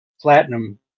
platinum